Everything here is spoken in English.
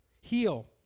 Heal